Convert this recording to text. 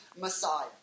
Messiah